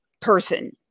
person